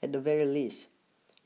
at the very least